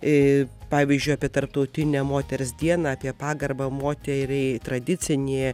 į pavyzdžiui apie tarptautinę moters dieną apie pagarbą moteriai tradicinėje